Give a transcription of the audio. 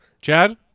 Chad